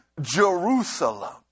Jerusalem